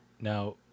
Now